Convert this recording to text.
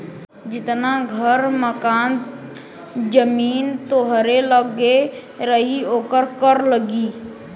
जितना घर मकान जमीन तोहरे लग्गे रही ओकर कर लगी